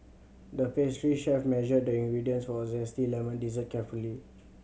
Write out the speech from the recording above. the pastry chef measured the ingredients for a zesty lemon dessert carefully